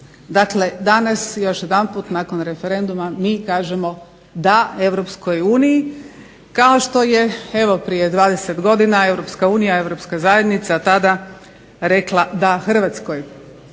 Dakle, danas još jedanput nakon referenduma mi kažemo da EU kao što je evo prije 20 godina EU, Europska zajednica tada, rekla da Hrvatskoj